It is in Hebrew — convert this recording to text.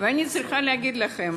ואני צריכה להגיד לכם: